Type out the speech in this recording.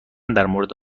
درمورد